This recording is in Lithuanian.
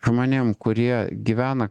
žmonėm kurie gyvena